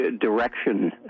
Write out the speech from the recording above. direction